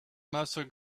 master